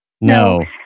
No